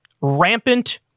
Rampant